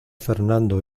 fernando